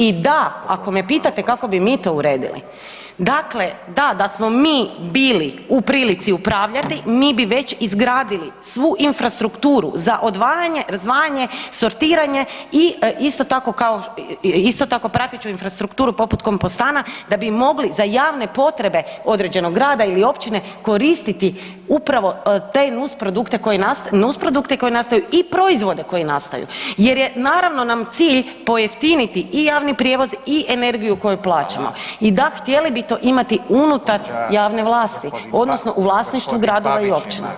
I da, ako me pitate kako bi mi to uredili, dakle, da, da smo mi bili u prilici upravljati, mi bi već izgradili svu infrastrukturu za odvajanje, razdvajanje, sortiranje i isto tako, kao i, isto tako prateću infrastrukturu poput kompostana, da bi mogli za javne potrebe određenog grada ili općine koristiti upravo te nusprodukte koji nastaju i proizvode koji nastaju jer je naravno, nam cilj, pojeftiniti i javni prijevoz i energiju koju plaćamo [[Upadica: Hvala.]] i da htjeli bi to imati unutar javne vlasti odnosno [[Upadica: Gđa., g. Pavić.]] u vlasništvu gradova i općina.